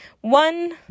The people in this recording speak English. One